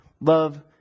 Love